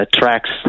tracks